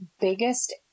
biggest